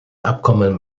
abkommen